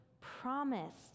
promised